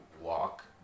walk